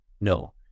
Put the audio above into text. No